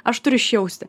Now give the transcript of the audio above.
aš turiu išjausti